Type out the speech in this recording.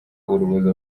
urubozo